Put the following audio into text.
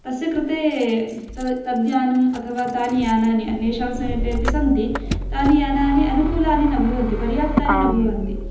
तस्य कृते तद् तद्यानम् अथवा तानि यानानि अन्येषां समीपे अपि सन्ति तानि यानानि अनुकूलानि न भवन्ति पर्याप्तानि न भवन्ति